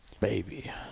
baby